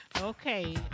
Okay